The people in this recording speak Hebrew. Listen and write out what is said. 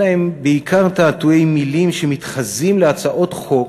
אלא הן בעיקר תעתועים, מילים, שמתחזים להצעות חוק